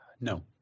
no